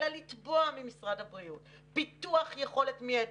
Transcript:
אלא לתבוע ממשרד הבריאות פיתוח יכולת מידית,